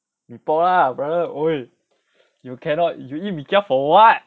mee pok lah brother !oi! you cannot you eat mee kia for what